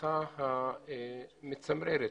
מהשיחה המצמררת